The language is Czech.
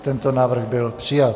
Tento návrh byl přijat.